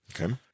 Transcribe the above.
Okay